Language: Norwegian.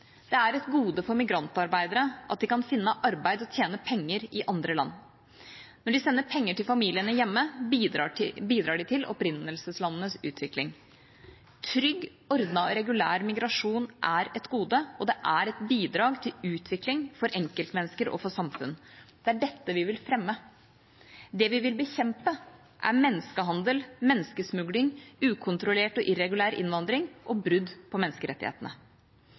Det er et gode for migrantarbeidere at de kan finne arbeid og tjene penger i andre land. Når de sender penger til familien hjemme, bidrar det til opprinnelseslandenes utvikling. Trygg, ordnet og regulær migrasjon er et gode, og det er et bidrag til utvikling, for enkeltmennesker og for samfunn. Det er dette vi vil fremme. Det vi vil bekjempe, er menneskehandel, menneskesmugling, ukontrollert og irregulær innvandring og brudd på menneskerettighetene.